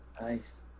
Nice